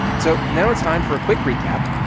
so now it's time for a quick recap.